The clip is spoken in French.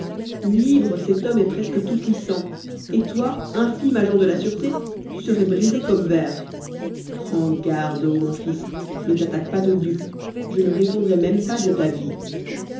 libre cet homme est presque tout-puissant et toi infime agent de la sûreté tu serais brisé comme verre prends garde ô mon fils ne t'attaque pas au duc je ne répondrais même pas de ta vie